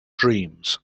dreams